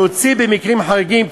להוציא במקרים חריגים,